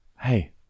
Hey